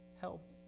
help